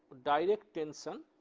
direct tension,